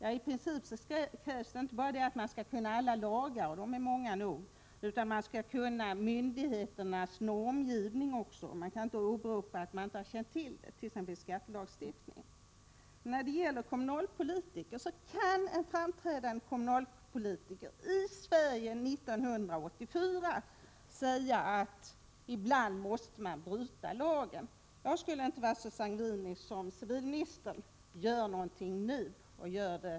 I princip krävs inte bara att man skall kunna alla lagar — de är många nog — utan man skall också känna till myndigheternas normgivning: Man kan inte åberopa att man inte känt till den i fråga om t.ex. skattelagstiftning. Men i Sverige kan 1984 en framträdande kommunalpolitiker säga att ibland måste man bryta mot lagen. Jag är inte så sangvinisk som civilministern. Gör någonting nu!